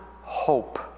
hope